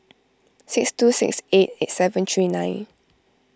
six two six eight eight seven three nine